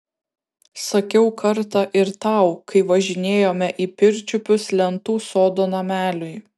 sakiau kartą ir tau kai važinėjome į pirčiupius lentų sodo nameliui